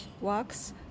works